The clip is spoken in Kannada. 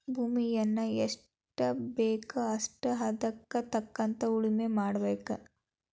ಭೂಮಿಯನ್ನಾ ಎಷ್ಟಬೇಕೋ ಅಷ್ಟೇ ಹದಕ್ಕ ತಕ್ಕಂಗ ಉಳುಮೆ ಮಾಡಬೇಕ